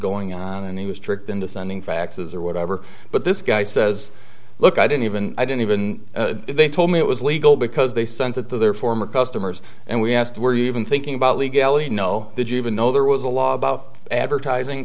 going on and he was tricked into sending faxes or whatever but this guy says look i didn't even i didn't even if they told me it was legal because they sent it to their former customers and we asked were you even thinking about legality no did you even know there was a law about advertising